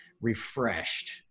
refreshed